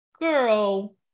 girl